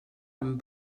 amb